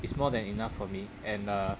it's more than enough for me and uh